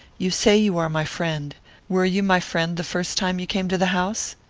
you say you are my friend were you my friend the first time you came to the house?